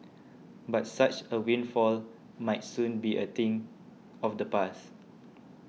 but such a windfall might soon be a thing of the past